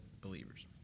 believers